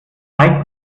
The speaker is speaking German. zeigt